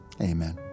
Amen